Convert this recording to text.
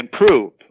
improve